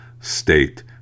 state